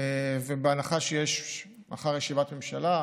ובהנחה שיש מחר ישיבת ממשלה,